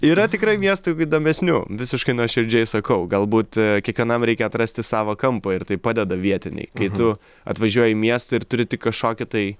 yra tikrai miestų įdomesnių visiškai nuoširdžiai sakau galbūt kiekvienam reikia atrasti savą kampą ir tai padeda vietiniai kai tu atvažiuoji į miestą ir turi tik kažkokį tai